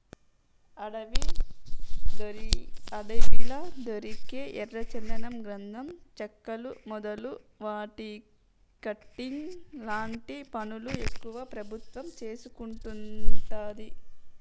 అడవిలా దొరికే ఎర్ర చందనం గంధం చెక్కలు మొదలు వాటి కటింగ్ లాంటి పనులు ఎక్కువ ప్రభుత్వం చూసుకుంటది